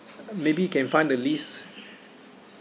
maybe you can find the list